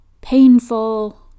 painful